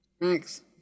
thanks